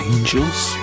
Angels